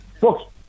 look